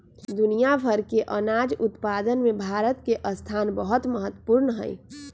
दुनिया भर के अनाज उत्पादन में भारत के स्थान बहुत महत्वपूर्ण हई